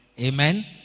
Amen